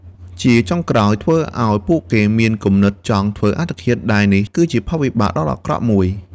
ជាចុងក្រោយធ្វើឲ្យពួកគេមានគំនិតចង់ធ្វើអត្តឃាតដែលនេះគឺជាផលវិបាកដ៏អាក្រក់បំផុត។